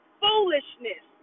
foolishness